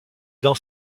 dans